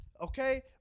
okay